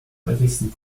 häufigsten